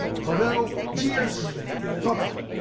for now cheers and bye,